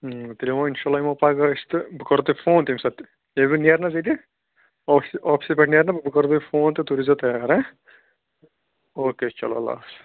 تیٚلہِ یِمَو اِنشاء اللہ یِمو پگاہ أسۍ تہٕ بہٕ کَرَو تۄہہِ فون تٔمۍ ساتہٕ ییٚلہِ بہٕ نیرٕ نہٕ حظ ییٚتہِ آفِس آفسہٕ پٮ۪ٹھ نیرٕ نا بہٕ کرو تۄہہِ فون تہٕ تُہۍ روٗزیو تیار ہہ اوکے چلو اللہ حافِظ